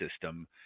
system